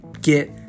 get